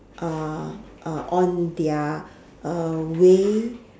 uh uh on their uh way